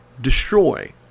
destroy